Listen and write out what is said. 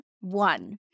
one